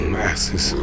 masses